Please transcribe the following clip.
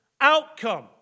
outcome